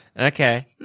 Okay